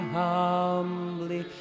humbly